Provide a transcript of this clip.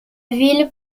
ville